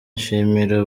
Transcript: nshimira